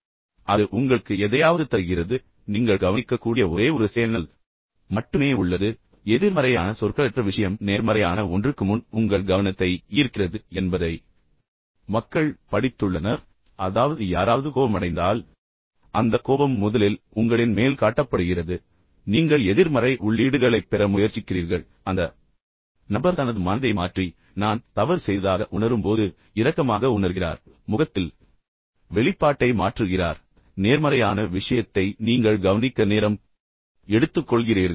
எனவே அது உங்களுக்கு எதையாவது தருகிறது எனவே நீங்கள் கவனிக்கக்கூடிய ஒரே ஒரு சேனல் மட்டுமே உள்ளது மற்றொரு சுவாரஸ்யமான விஷயம் என்னவென்றால் எதிர்மறையான சொற்களற்ற விஷயம் நேர்மறையான ஒன்றுக்கு முன் உங்கள் கவனத்தை ஈர்க்கிறது என்பதை மக்கள் படித்துள்ளனர் அதாவது யாராவது கோபமடைந்தால் பின்னர் அந்த கோபம் முதலில் உங்களின் மேல் காட்டப்படுகிறது மேலும் நீங்கள் எதிர்மறை உள்ளீடுகளைப் பெற முயற்சிக்கிறீர்கள் மேலும் அந்த நபர் தனது மனதை மாற்றி நான் தவறு செய்ததாக உணரும் போது பின்னர் இரக்கமாக உணர்கிறார் மேலும் முகத்தில் வெளிப்பாட்டை மாற்றுகிறார் ஆனால் நேர்மறையான விஷயத்தை நீங்கள் கவனிக்க நேரம் எடுத்துக்கொள்கிறீர்கள்